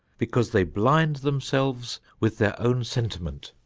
because they blind themselves with their own sentiment.